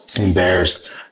embarrassed